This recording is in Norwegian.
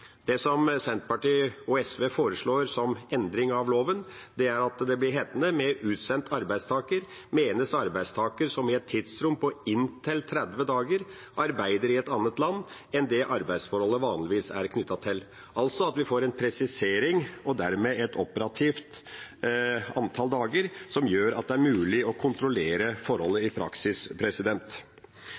Det Senterpartiet og SV foreslår som endring av loven, er at det blir hetende: «Med utsendt arbeidstaker menes arbeidstaker som i et tidsrom på inntil 30 dager arbeider i et annet land enn det arbeidsforholdet vanligvis er knyttet til.» Slik får vi en presisering og dermed et operativt antall dager som gjør at det er mulig å kontrollere forholdet i praksis.